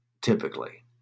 typically